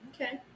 Okay